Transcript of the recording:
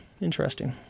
Interesting